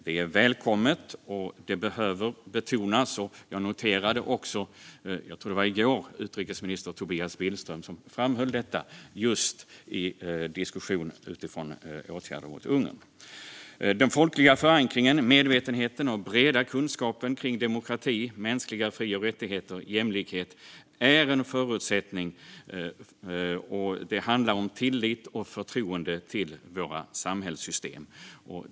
Det är välkommet och behöver betonas. Jag noterade också att utrikesminister Tobias Billström - jag tror att det var i går - framhöll detta just i diskussioner utifrån åtgärder mot Ungern. Den folkliga förankringen, medvetenheten och breda kunskapen om demokrati, mänskliga fri och rättigheter och jämlikhet är en förutsättning. Det handlar om tillit till och förtroende för våra samhällssystem.